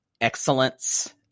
excellence